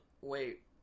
wait